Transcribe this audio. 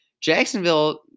Jacksonville